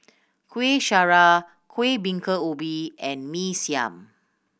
Kuih Syara Kuih Bingka Ubi and Mee Siam